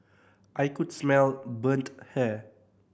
I could smell burnt hair